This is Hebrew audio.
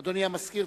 אדוני המזכיר,